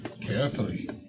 Carefully